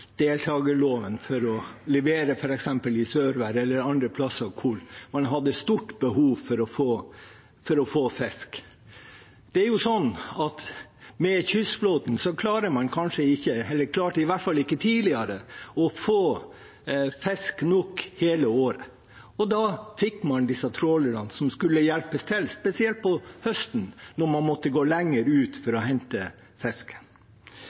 deltakerloven for å levere f.eks. i Sørvær eller andre steder hvor man hadde et stort behov for å få fisk. Det er sånn at med kystflåten klarer man kanskje ikke – eller klarte i hvert fall ikke tidligere – å få nok fisk hele året. Og da fikk man disse trålerne som skulle hjelpe til, spesielt på høsten når man måtte gå lenger ut